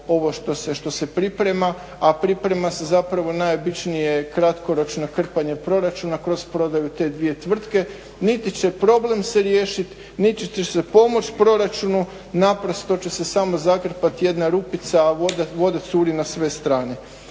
ovo što se priprema, a priprema se zapravo najobičnije kratkoročno krpanje proračuna kroz prodaju te dvije tvrtke. Niti će problem se riješiti, niti će se pomoći proračunu naprosto će se samo zakrpati jedna rupica, a voda curi na sve strane.